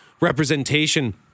Representation